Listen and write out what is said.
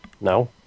No